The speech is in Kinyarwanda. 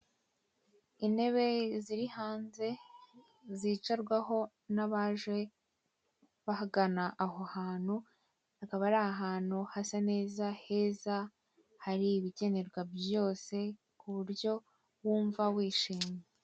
Intebe ziri hanze zicarwaho n'abaje bagana aho hantu akaba ari ahantu hasa neza heza. Hari ibikenerwa byose ku buryo wumva wishimye.